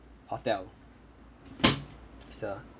hotel sir